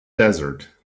desert